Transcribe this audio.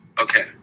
Okay